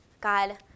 God